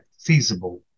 feasible